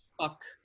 fuck